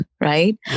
right